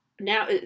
now